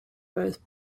both